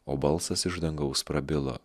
o balsas iš dangaus prabilo